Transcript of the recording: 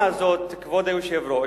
כבוד היושב-ראש,